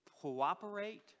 cooperate